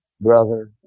brother